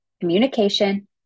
communication